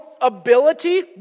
ability